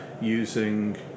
using